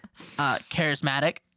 Charismatic